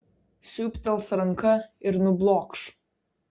siūbtels ranka ir nublokš